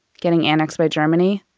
getting annexed by germany?